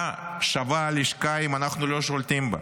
מה שווה הלשכה אם אנחנו לא שולטים בה?